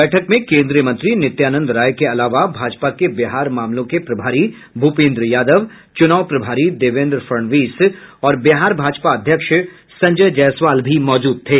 बैठक में केन्द्रीय मंत्री नित्यानंद राय के अलावा भाजपा के बिहार मामलों के प्रभारी भूपेन्द्र यादव चुनाव प्रभारी देवेन्द्र फडणवीस और बिहार भाजपा अध्यक्ष संजय जायसवाल भी मौजूद थे